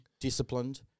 disciplined